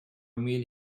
meal